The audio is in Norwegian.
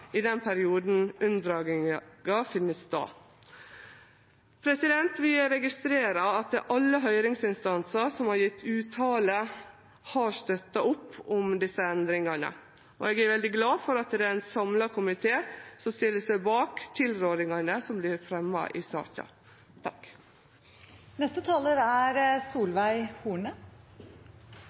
i den perioden unndraginga finn stad. Vi registrerer at alle høyringsinstansar som har gjeve uttale, har støtta opp om desse endringane, og eg er veldig glad for at det er ein samla komité som stiller seg bak tilrådingane som vert fremja i saka.